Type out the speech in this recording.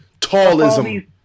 Tallism